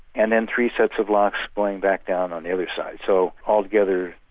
and then three sets of locks going back down on the other side. so altogether,